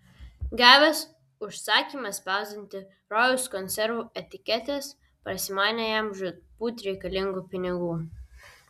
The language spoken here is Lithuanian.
gavęs užsakymą spausdinti rojaus konservų etiketes prasimanė jam žūtbūt reikalingų pinigų